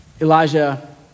Elijah